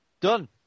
Done